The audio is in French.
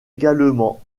également